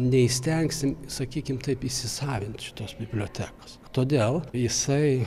neįstengsim sakykim taip įsisavint šitos bibliotekos todėl jisai